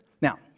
Now